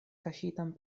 kaŝitan